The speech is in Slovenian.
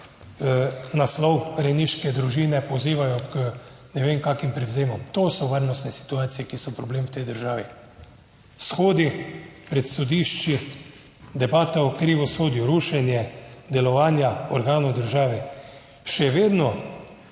naslov Rejniške družine pozivajo k ne vem kakšnim prevzemom. To so varnostne situacije, ki so problem v tej državi. Shodi pred sodišči, debata o krivosodju, rušenje delovanja organov države. Še vedno